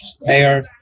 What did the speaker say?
mayor